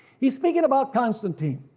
he is speaking about constantine.